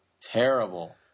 Terrible